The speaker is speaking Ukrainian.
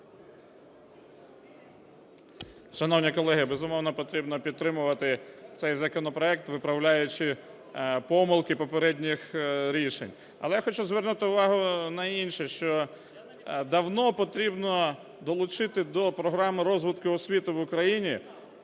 Шановні колеги, безумовно, потрібно підтримувати цей законопроект, виправляючи помилки попередніх рішень. Але хочу звернути увагу на інше, що давно потрібно долучити до програми розвитку освіти в Україні